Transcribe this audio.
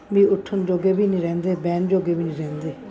ਵੀ ਉੱਠਣ ਜੋਗੇ ਵੀ ਨਹੀਂ ਰਹਿੰਦੇ ਬਹਿਣ ਜੋਗੇ ਵੀ ਨਹੀਂ ਰਹਿੰਦੇ